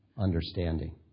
understanding